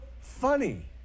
funny